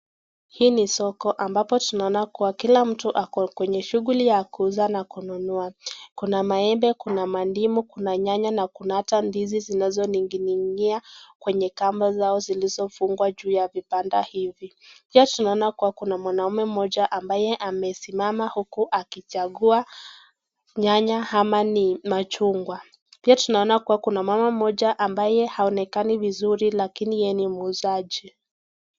Hii ni soko ambapo tunaona kuwa kila mtu ako kwenye shughuli ya kuuza na kununua. kuna maembe, kuna mandimu, kuna nyanya, na kuna hata ndizi zinazo ninginia kwenye kamba zao zilizo fungwa juu ya vibanda hivi. pia tunaona kuwa kuna mwanaume moja ambaye amesimama huku akichagua nyanya ama ni machungwa. pia tunaona kuwa kuna mama moja ambaye haonekani vizuri lakini yeye muuzaji.